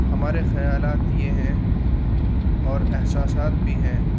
ہمارے خیالات یہ ہیں اور احساسات بھی ہیں